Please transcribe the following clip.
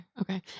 okay